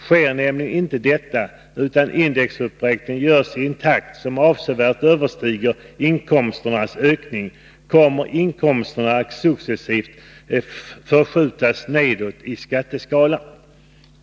Sker nämligen inte detta, utan indexuppräkningen görs i en takt som avsevärt överstiger inkomsternas ökning, kommer inkomsterna att successivt förskjutas nedåt i skatteskalan.